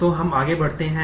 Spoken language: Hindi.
तो हम आगे बढ़ते हैं